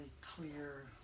clear